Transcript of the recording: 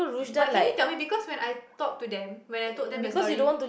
but can you tell me because when I talk to them when I told them the story